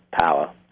power